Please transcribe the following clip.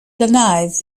denies